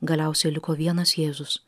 galiausiai liko vienas jėzus